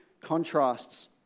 contrasts